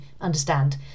understand